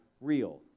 real